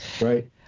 Right